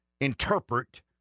interpret